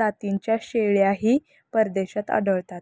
जातींच्या शेळ्याही परदेशात आढळतात